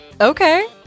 Okay